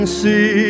see